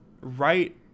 Right